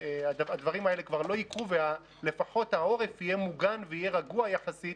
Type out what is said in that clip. הדברים האלה כבר לא יקרו ולפחות העורף יהיה מוגן ויהיה רגוע יחסית,